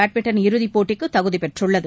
badminton இறுதிப்போட்டிக்கு தகுதி பெற்றுள்ளது